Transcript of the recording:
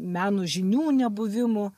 meno žinių nebuvimo